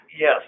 yes